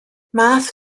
math